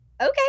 okay